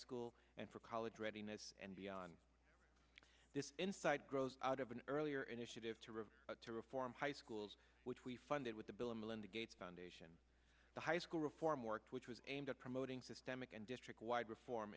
school and for college readiness and beyond this insight grows out of an earlier initiative to revert to reform high schools which we funded with the bill and melinda gates foundation the high school reform work which was aimed at promoting systemic and district wide reform